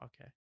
okay